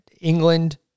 England